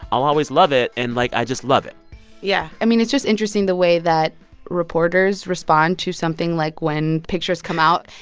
i'll always love it. and, like, i just love it yeah i mean, it's just interesting the way that reporters respond to something like when pictures come out.